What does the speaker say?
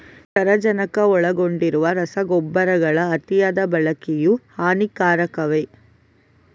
ಸಾರಜನಕ ಒಳಗೊಂಡಿರುವ ರಸಗೊಬ್ಬರಗಳ ಅತಿಯಾದ ಬಳಕೆಯು ಹಾನಿಕಾರಕವೇ?